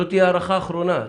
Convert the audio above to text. שזאת תהיה הארכה אחרונה.